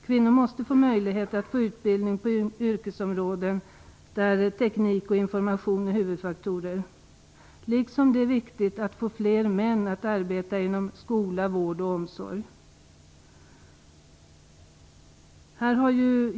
Kvinnor måste få möjlighet att få utbildning på yrkesområden där teknik och information är huvudfaktorer. Likaså är det viktigt att få fler män att arbeta inom skola, vård och omsorg.